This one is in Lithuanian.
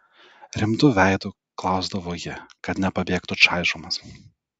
rimtu veidu klausdavo ji kad nepabėgtų čaižomas